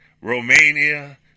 Romania